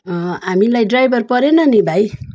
हामीलाई ड्राइभर परेन नि भाइ